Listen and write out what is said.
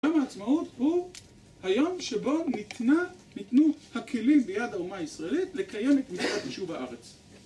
היום העצמאות הוא היום שבו ניתנה, ניתנו הכלים ביד האומה הישראלית לקיים את מצוות יישוב הארץ.